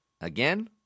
Again